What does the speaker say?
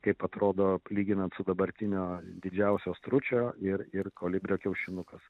kaip atrodo lyginant su dabartinio didžiausio stručio ir ir kolibrio kiaušinukas